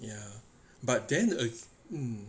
ya but then err mm